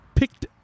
Picked